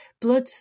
Blood